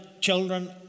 children